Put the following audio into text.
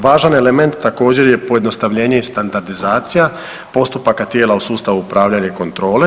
Važan element također je pojednostavljenje i standardizacija postupaka tijela u sustavu upravljanja i kontrole.